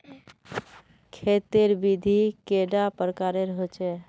खेत तेर विधि कैडा प्रकारेर होचे?